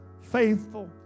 faithful